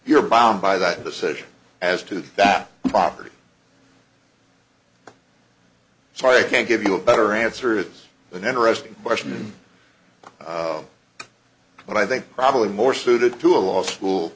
you're bound by that decision as to that property so i can't give you a better answer is an interesting question but i think probably more suited to a law school